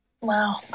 Wow